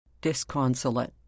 disconsolate